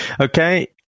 Okay